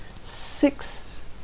six